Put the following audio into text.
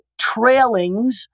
trailings